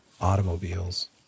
automobiles